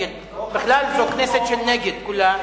בכלל, זו כנסת של נגד, כולה.